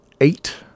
eight